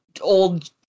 old